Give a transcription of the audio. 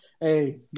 hey